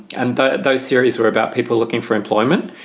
and those series were about people looking for employment.